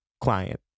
client